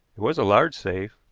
it was a large safe,